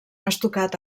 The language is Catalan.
estucat